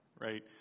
right